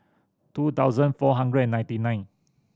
two thousand four hundred and ninety nine